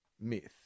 myth